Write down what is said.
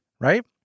right